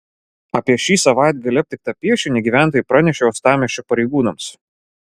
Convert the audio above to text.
apie šį savaitgalį aptiktą piešinį gyventojai pranešė uostamiesčio pareigūnams